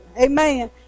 Amen